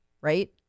right